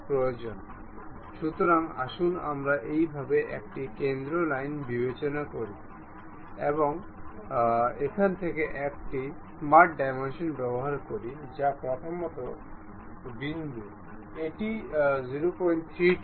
আবার এই ছোট উইন্ডোতে ক্লিক করুন আমরা এই মুখটি দেখব আসুন আমরা এটি এটির সাথে পারপেন্ডিকুলার করে তুলি বা এটি বলি ক্লিক করুন